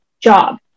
job